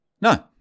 No